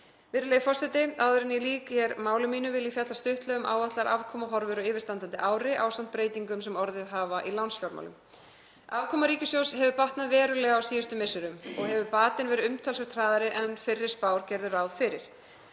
Virðulegi forseti. Áður en ég lýk máli mínu vil ég fjalla stuttlega um áætlaðar afkomuhorfur á yfirstandandi ári ásamt breytingum sem orðið hafa í lánsfjármálum. Afkoma ríkissjóðs hefur batnað verulega á síðustu misserum og hefur batinn verið umtalsvert hraðari en fyrri spár gerðu ráð fyrir.